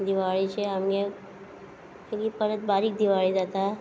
दिवाळीचे आमगे मागी परत बारीक दिवाळी जाता